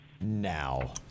now